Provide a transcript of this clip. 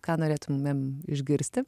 ką norėtumėm išgirsti